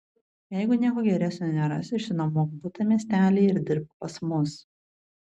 jeigu nieko geresnio nerasi išsinuomok butą miestelyje ir dirbk pas mus